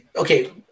okay